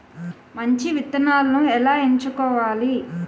మంచి విత్తనాలను ఎలా ఎంచుకోవాలి?